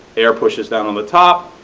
air pushes down on the top,